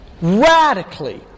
radically